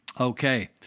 Okay